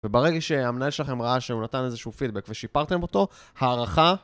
וברגע שהמנהל שלכם ראה שהוא נתן איזשהו פידבק ושיפרתם אותו, הערכה...